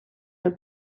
your